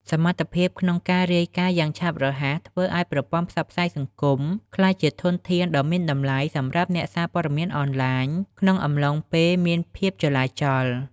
សមត្ថភាពក្នុងការរាយការណ៍យ៉ាងឆាប់រហ័សធ្វើឱ្យប្រព័ន្ធផ្សព្វផ្សាយសង្គមក្លាយជាធនធានដ៏មានតម្លៃសម្រាប់អ្នកសារពត័មានអនឡាញ ក្នុងអំឡុងពេលមានភាពចលាចល។